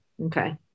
okay